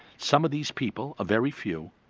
some of these people, a very few,